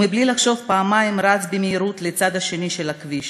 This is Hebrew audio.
ובלי לחשוב פעמיים הוא רץ במהירות לצד השני של הכביש.